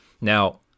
Now